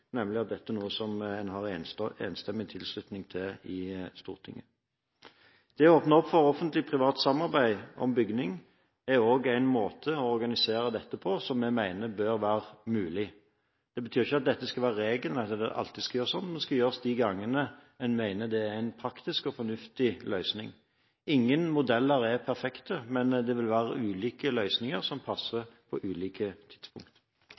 nemlig at dette er noe som har enstemmig tilslutning i Stortinget. Det å åpne opp for offentlig–privat samarbeid om bygg er en måte å organisere dette på som vi mener bør være mulig. Det betyr ikke at dette skal være regelen – at det alltid skal gjøres sånn – men det skal gjøres de gangene man mener det er en praktisk og fornuftig løsning. Ingen modell er perfekt, men det vil være ulike løsninger som passer på ulike tidspunkt.